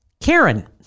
Karen